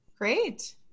Great